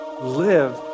Live